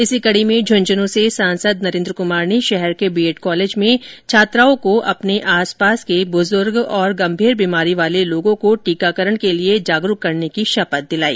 इस कड़ी में झुन्झुनूं से सांसद नरेन्द्र कुमार ने शहर के बीएड कॉलेज में छात्राओं को अपने आसपास के बुजुर्ग और गंभीर बीमारी वाले लोगों को टीकाकरण के लिए जागरूक करने की शपथ दिलाई